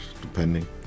depending